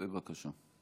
בבקשה.